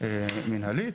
מנהלית